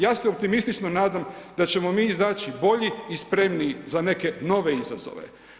Ja se optimistično nadam da ćemo mi izaći bolji i spremniji za neke nove izazove.